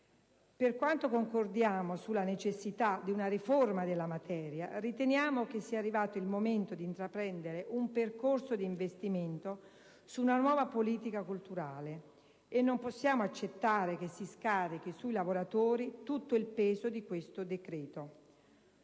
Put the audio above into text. Per quanto concordiamo sulla necessità di una riforma della materia, riteniamo sia arrivato il momento di intraprendere un percorso di investimento su una nuova politica culturale e non possiamo accettare che si scarichi sui lavoratori tutto il peso di questo decreto.